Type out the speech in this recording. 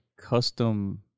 custom